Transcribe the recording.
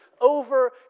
over